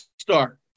start